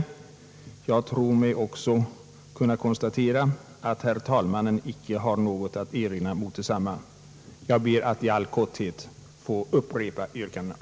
Vidare tror jag mig kunna konstatera att herr talmannen inte har något att erinra mot desamma. Jag ber därför att i all korthet få vidhålla yrkandena.